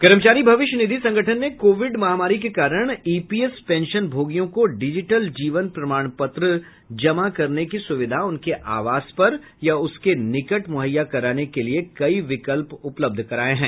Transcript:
कर्मचारी भविष्य निधि संगठन ने कोविड महामारी के कारण ईपीएस पेंशनभोगियों को डिजिटल जीवन प्रमाणपत्र जमा करने की सुविधा उनके आवास पर या उसके निकट मुहैया कराने के लिए कई विकल्प उपलब्ध कराएं हैं